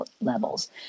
levels